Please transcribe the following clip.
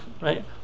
right